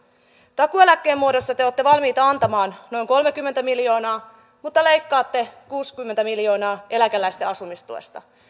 takuueläkkeen muodossa te olette valmiita antamaan noin kolmekymmentä miljoonaa mutta leikkaatte kuusikymmentä miljoonaa eläkeläisten asumistuesta